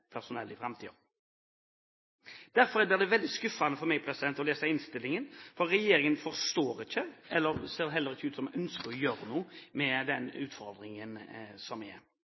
personell for framtiden. Derfor er det veldig skuffende å lese innstillingen, for regjeringen forstår ikke og ser heller ikke ut til å ønske å gjøre noe med den utfordringen som er